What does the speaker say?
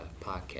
podcast